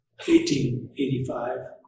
1885